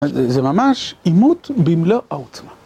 זה ממש עימות במלוא העוצמה.